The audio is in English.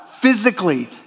physically